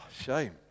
Shame